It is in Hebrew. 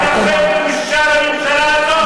המדינה מפרקים.